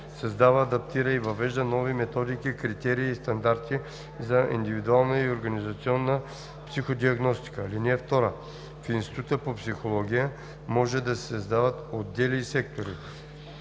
създава, адаптира и въвежда нови методики, критерии и стандарти за индивидуална и организационна психодиагностика. (2) В Института по психология може да се създават отдели и сектори.